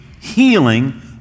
healing